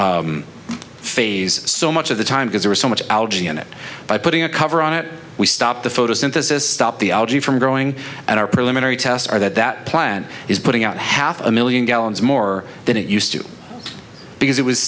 phase so much of the time because there is so much algae in it by putting a cover on it we stop the photosynthesis stop the algae from growing and our preliminary tests are that that plant is putting out half a million gallons more than it used to because it was